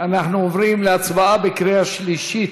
התשע"ז 2017,